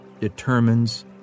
determines